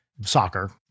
soccer